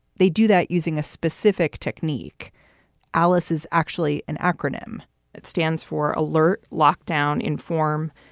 they do that using a specific technique alice is actually an acronym that stands for alert, lockdown, inform,